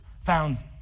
found